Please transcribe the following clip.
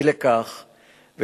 אי לכך,